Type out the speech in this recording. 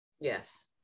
yes